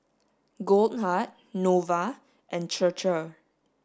Goldheart Nova and Chir Chir